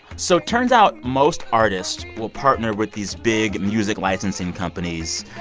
so turns out most artists will partner with these big music licensing companies,